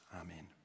amen